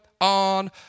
on